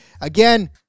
Again